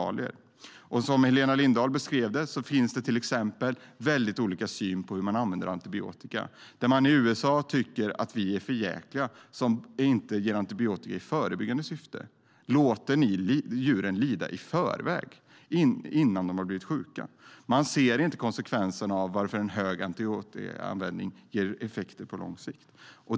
Som Helena Lindahl beskrev finns det till exempel väldigt olika syn på hur man använder antibiotika. I USA tycker de att vi är för jäkliga som inte ger antibiotika i förebyggande syfte. De säger: Låter ni djuren lida i förväg, innan de har blivit sjuka? De ser inte konsekvenserna att en hög antibiotikaanvändning ger effekter på lång sikt.